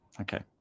Okay